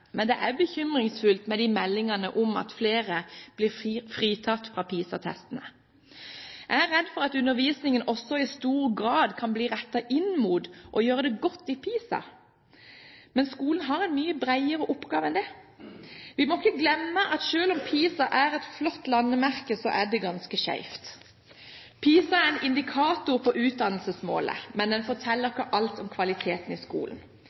men det er bekymringsfullt med meldingene om at flere blir fritatt fra PISA-testene. Jeg er redd for at undervisningen også i stor grad blir rettet inn mot å gjøre det godt i PISA, men skolen har en mye bredere oppgave enn det. Vi må ikke glemme at selv om PISA er et flott landemerke, så er det ganske skjevt. PISA er en indikator på utdannelsesmålet, men den forteller ikke alt om kvaliteten i skolen.